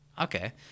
Okay